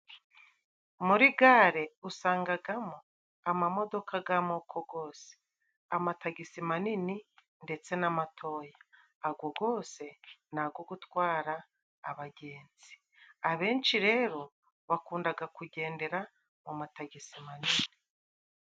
Muri gare usangagamo amamodoka g'amoko gose, amatagisi manini ndetse n' amatoya. Ago gose ni ago gutwara abagenzi, abenshi rero bakundaga kugendera mu matagisi manini.